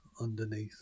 underneath